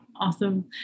awesome